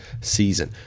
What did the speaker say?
season